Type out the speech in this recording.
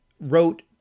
wrote